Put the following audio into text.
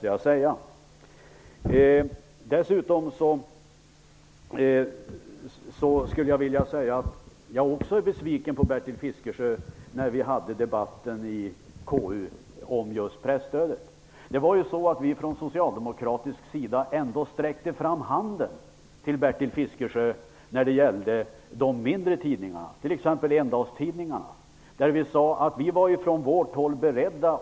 Jag blev också besviken på Bertil Fiskesjö när vi debatterade presstödet i KU. Vi socialdemokrater sträckte ändå fram handen till Bertil Fiskesjö. Vi var beredda att se till att åtminstone de mindre tidningarna, t.ex. endagstidningarna, inte skulle drabbas.